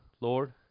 Lord